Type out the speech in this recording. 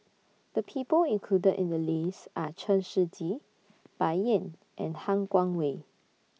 The People included in The list Are Chen Shiji Bai Yan and Han Guangwei